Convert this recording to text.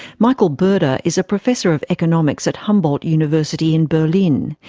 michael burda is a professor of economics at humboldt university in berlin.